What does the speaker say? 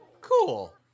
Cool